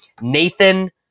Nathan